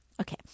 Okay